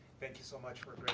thank you so much for